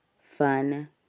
fun